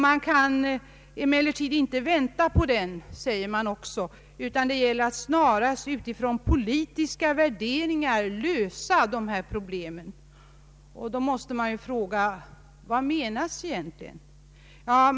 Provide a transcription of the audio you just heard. Man kan heller inte vänta på den, sägs det, utan det gäller att snarast utifrån politiska värderingar lösa dessa problem. Då måste man fråga: Vad menas egentligen?